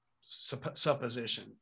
supposition